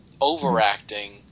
overacting